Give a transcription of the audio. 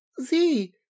Z